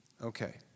Okay